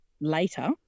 later